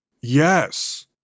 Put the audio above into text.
Yes